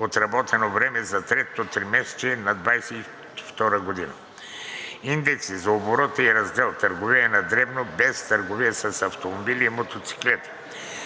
отработено време за третото тримесечие на 2022 г.; – индекси на обороти и раздел „Търговия на дребно, без търговия с автомобили и мотоциклети“